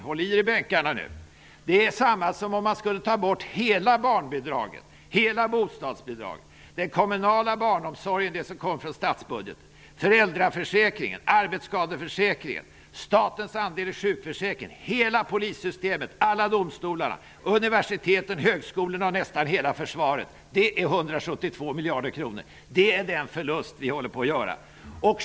Håll i er i bänkarna nu! Det är lika mycket som kostnaderna för hela barnbidraget, hela bostadsbidraget, den kommunala barnomsorgen -- det som kommer från statsbudgeten --, föräldraförsäkringen, arbetsskadeförsäkringen, statens andel av sjukförsäkringen, hela polissystemet, alla domstolarna, universiteten/högskolorna och nästan hela försvaret. Detta kostar 172 miljarder. Det är den förlust vi håller på att göra.